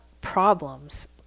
problems